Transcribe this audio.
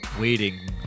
waiting